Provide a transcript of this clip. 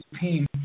team